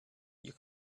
you